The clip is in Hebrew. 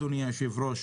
אדוני היושב ראש,